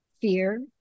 Fear